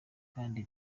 kandi